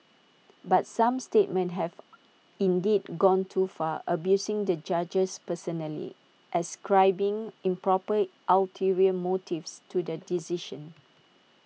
but some statements have indeed gone too far abusing the judges personally ascribing improper ulterior motives to the decision